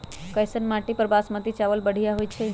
कैसन माटी पर बासमती चावल बढ़िया होई छई?